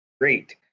great